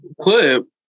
Clip